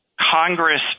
Congress